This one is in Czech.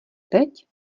teď